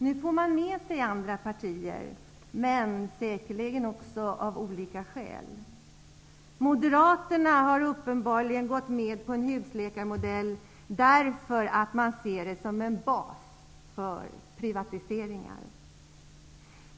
Nu får man med sig andra partier men säkerligen av olika skäl. Moderaterna har uppenbarligen gått med på en husläkarmodell därför att de ser den som en bas för privatiseringar.